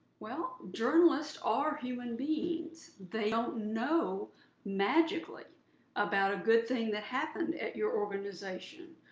well, journalists are human beings. they don't know magically about a good thing that happened at your organization,